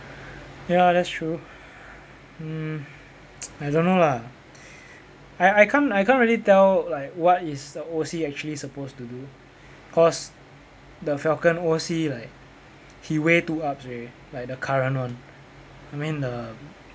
ya that's true mm I don't know lah I I can't I can't really tell like what is the O_C actually supposed to do cause the falcon O_C like he way to upz already like the current one I mean the